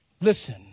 Listen